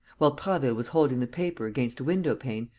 while prasville was holding the paper against a window-pane,